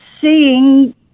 seeing